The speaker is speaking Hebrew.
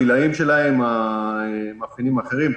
הגילאים שלהם ומאפיינים אחרים,